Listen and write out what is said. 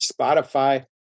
Spotify